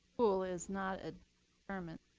pool is not a deferment.